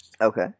Okay